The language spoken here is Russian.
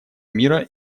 мира